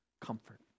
comfort